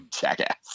jackass